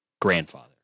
Grandfather